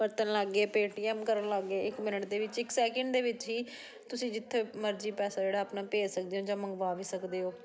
ਵਰਤਣ ਲੱਗ ਗਏ ਪੇਟੀਐਮ ਕਰਨ ਲੱਗ ਗਏ ਇੱਕ ਮਿੰਟ ਦੇ ਵਿੱਚ ਇੱਕ ਸੈਕਿੰਡ ਦੇ ਵਿੱਚ ਹੀ ਤੁਸੀਂ ਜਿੱਥੇ ਮਰਜ਼ੀ ਪੈਸਾ ਜਿਹੜਾ ਆਪਣਾ ਭੇਜ ਸਕਦੇ ਹੋ ਜਾਂ ਮੰਗਵਾ ਵੀ ਸਕਦੇ ਹੋ